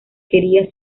quería